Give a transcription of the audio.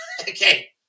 Okay